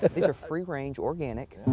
these are free range, organic.